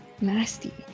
nasty